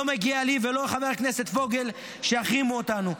לא מגיע לי ולא לחבר הכנסת פוגל שיחרימו אותנו.